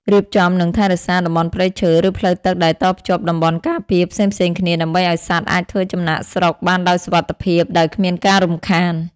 រៀបចំ និងថែរក្សាតំបន់ព្រៃឈើ ឬផ្លូវទឹកដែលតភ្ជាប់តំបន់ការពារផ្សេងៗគ្នា ដើម្បីឱ្យសត្វអាចធ្វើចំណាកស្រុកបានដោយសុវត្ថិភាព ដោយគ្មានការរំខាន។